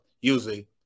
usually